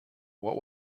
what